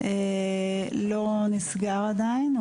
לא נסגר עדיין.